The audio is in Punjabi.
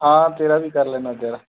ਹਾਂ ਤੇਰਾ ਵੀ ਕਰ ਲੈਦਾਂ ਤਿਆਰ